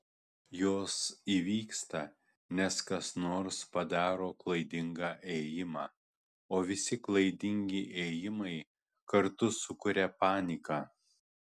jos įvyksta nes kas nors padaro klaidingą ėjimą o visi klaidingi ėjimai kartu sukuria paniką